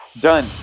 Done